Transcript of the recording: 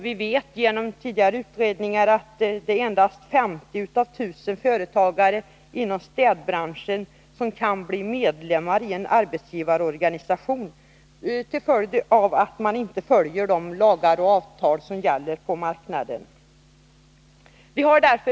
Vi vet genom tidigare utredningar att endast 50 av 1000 företag inom städbranschen kan bli medlemmar i en arbetsgivarorganisation, därför att dessa företag inte följer avtal och lagar som gäller på arbetsmarknaden.